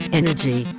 energy